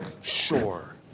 sure